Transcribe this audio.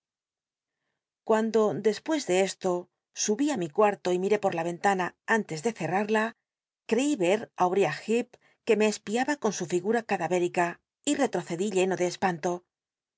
cuando despues de esto subí ti mi cuarto y miré por la ven lana antes de ccnarla creí yer á uriah llecp que me espiaba con su figura cadayérica y rchoccdi lleno de espanto